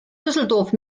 düsseldorf